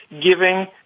giving